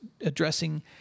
addressing